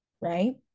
right